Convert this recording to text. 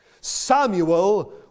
Samuel